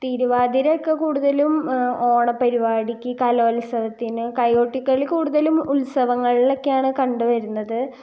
തിരുവാതിര ഒക്കെ കൂടുതലും ഓണപ്പരിപാടിക്ക് കലോത്സവത്തിനും കൈകൊട്ടി കളി കൂടുതലും ഉത്സവങ്ങളിലൊക്കെയാണ് കണ്ടു വരുന്നത്